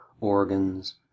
organs